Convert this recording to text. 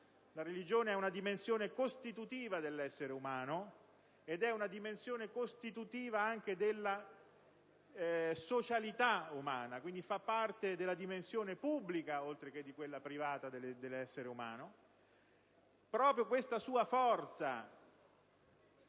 La religione è una dimensione costitutiva dell'essere umano e anche della socialità umana, quindi fa parte della dimensione pubblica oltre che di quella privata dell'essere umano. Proprio questa sua forza